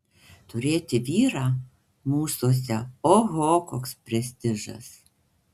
turėti vyrą mūsuose oho koks prestižas